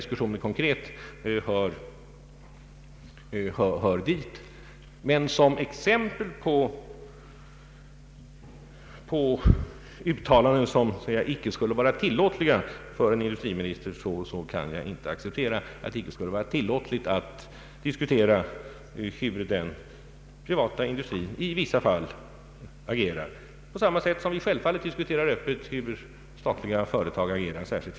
Som ett exempel på uttalanden som icke skulle vara tillåtna för en industriminister kan jag inte acceptera dem; skulle det inte vara tillåtet att diskutera hur den privata industrin i vissa fall agerar, på samma sätt som vi självfallet och öppet diskuterar hur statliga företag agerar?